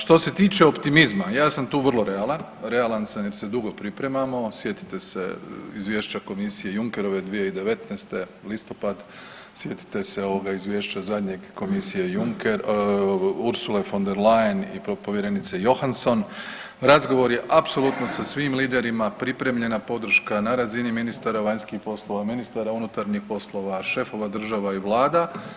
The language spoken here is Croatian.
Što se tiče optimizma, ja sam tu vrlo realan, realan sam jer se dugo pripremamo, sjetite se Izvješća Komisije Junckerove 2019. listopad, sjetite se ovoga Izvješća zadnjeg Komisije Juncker, Ursule von der Leyen i povjerenice Johansson, razgovor je apsolutno sa svim liderima, pripremljena podrška na razini ministara vanjskih poslova, ministara unutarnjih poslova, šefova država i vlada.